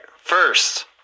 first